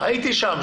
הייתי שם.